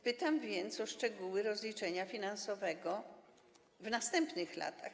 Pytam więc o szczegóły rozliczenia finansowego w następnych latach.